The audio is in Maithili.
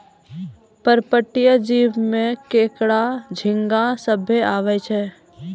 पर्पटीय जीव में केकड़ा, झींगा सभ्भे आवै छै